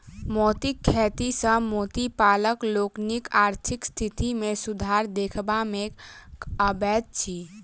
मोतीक खेती सॅ मोती पालक लोकनिक आर्थिक स्थिति मे सुधार देखबा मे अबैत अछि